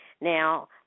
Now